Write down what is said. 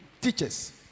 Teachers